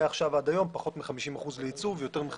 כי אז אותו פקטור משמעותי יחול גם על התחבורה.